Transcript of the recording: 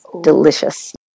Delicious